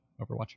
Overwatch